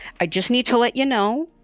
i just need to let you know.